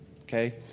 Okay